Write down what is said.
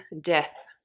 death